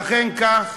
ואכן כך.